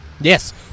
Yes